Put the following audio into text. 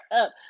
up